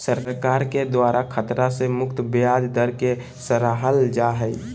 सरकार के द्वारा खतरा से मुक्त ब्याज दर के सराहल जा हइ